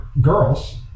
girls